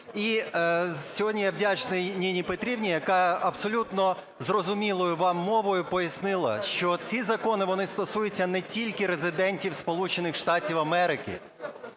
І сьогодні я вдячний Ніні Петрівні, яка абсолютно зрозумілою вам мовою пояснила, що ці закони, вони стосуються не тільки резидентів